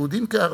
יהודים כערבים,